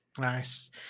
Nice